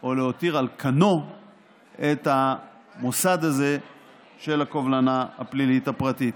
או להותיר על כנו את המוסד הזה של הקובלנה הפלילית הפרטית.